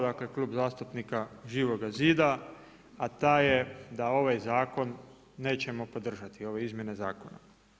Dakle Klub zastupnika Živoga zida a taj je da ovaj zakon nećemo podržati, ove izmjene zakona.